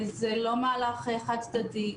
זה לא מהלך חד-צדדי,